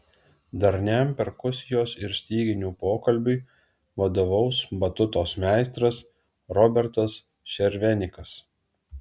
darniam perkusijos ir styginių pokalbiui vadovaus batutos meistras robertas šervenikas